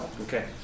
Okay